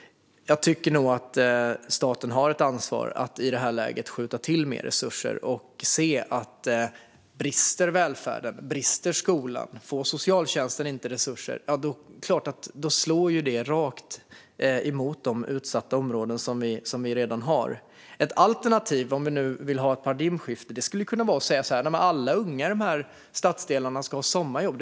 Jag tycker nog att staten har ett ansvar att i det här läget skjuta till mer resurser. Det gäller att se att om det finns brister i välfärden och i skolan och socialtjänsten inte får resurser slår det rakt mot de utsatta områden som vi redan har. Ett alternativ om vi nu vill ha ett paradigmskifte vore att säga att alla ungar i de här stadsdelarna ska ha sommarjobb.